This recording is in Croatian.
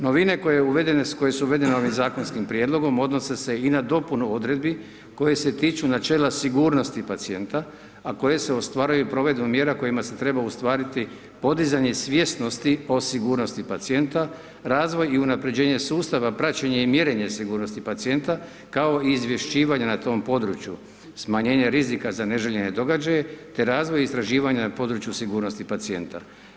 Novine, koje su uvedene ovim zakonskim prijedlogom odnose se i na dopunu Odredbi koje se tiču načela sigurnosti pacijenta, a koje se ostvaruju provedbom mjera kojima se treba ostvariti podizanje svjesnosti o sigurnosti pacijenta, razvoj i unapređenje sustava, praćenje i mjerenje sigurnosti pacijenta, kao i izvješćivanje na tom području, smanjenje rizika za neželjene događaje te razvoj istraživanja na području sigurnosti pacijenta.